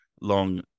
long